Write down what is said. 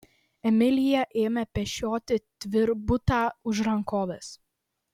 emilija ėmė pešioti tvirbutą už rankovės